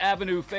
Avenue